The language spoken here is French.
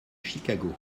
chicago